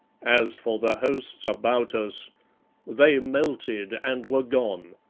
as for the hosts about us they melted and were gone.